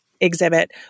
exhibit